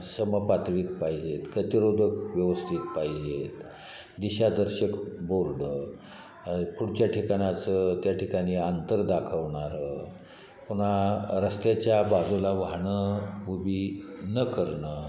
समपातळीत पाहिजेत गतिरोधक व्यवस्थित पाहिजेत दिशादर्शक बोर्ड पुढच्या ठिकाणाचं त्या ठिकाणी अंतर दाखवणारं पुन्हा रस्त्याच्या बाजूला वाहनं उभी न करणं